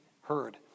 heard